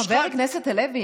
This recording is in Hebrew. חבר הכנסת הלוי,